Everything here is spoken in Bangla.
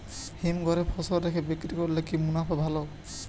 হিমঘরে ফসল রেখে বিক্রি করলে কি মুনাফা ভালো?